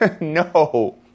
No